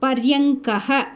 पर्यङ्कः